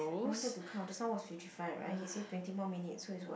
I wanted to count just now was fifty five right he say twenty more minutes so is what